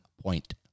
point